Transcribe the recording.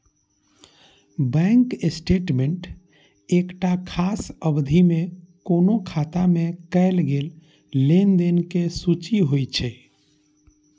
bank statement एकटा खास अवधि मे कोनो खाता मे कैल गेल लेनदेन के सूची होइ छै